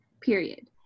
period